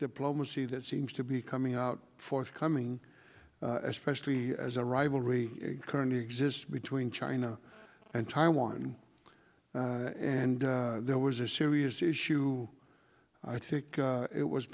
diplomacy that seems to be coming out forthcoming especially as a rivalry currently exists between china and taiwan and there was a serious issue i think it was